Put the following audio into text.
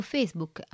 Facebook